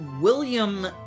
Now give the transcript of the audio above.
William